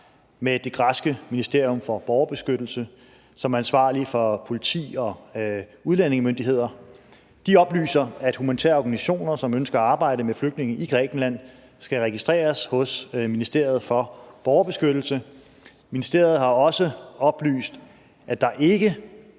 med det græske ministerium for borgerbeskyttelse, som er ansvarligt for politi og udlændingemyndigheder. De oplyser, at humanitære organisationer, som ønsker at arbejde med flygtninge i Grækenland, skal registreres hos ministeriet for borgerbeskyttelse. Ministeriet har også oplyst, at der ikke